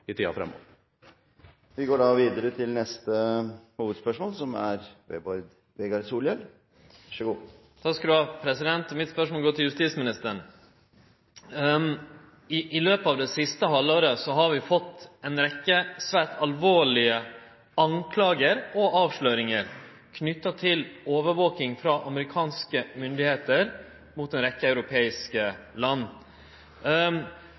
i tiden fremover. Vi går videre til neste hovedspørsmål. Mitt spørsmål går til justisministeren. I løpet av det siste halvåret har vi fått ei rekkje svært alvorlege klager og avsløringar knytte til overvaking frå amerikanske myndigheiter mot ei rekkje